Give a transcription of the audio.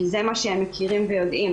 כי זה מה שהם מכירים ויודעים,